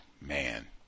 man